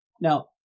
Now